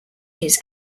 his